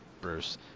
Bruce